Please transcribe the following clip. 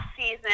season